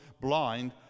blind